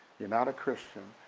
you're not a christian,